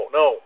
no